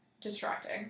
distracting